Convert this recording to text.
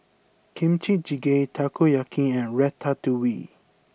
Kimchi Jjigae Takoyaki and Ratatouille